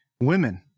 women